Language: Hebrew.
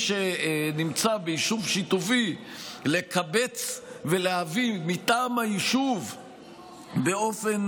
שנמצא ביישוב שיתופי לקבץ ולהביא מטעם היישוב באופן